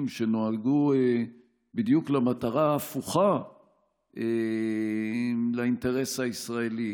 שנועדו בדיוק למטרה ההפוכה לאינטרס הישראלי,